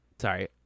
Sorry